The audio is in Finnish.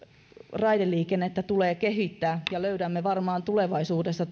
raideliikennettä tulee kehittää ja toivottavasti löydämme tulevaisuudessa